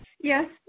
Yes